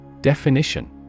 Definition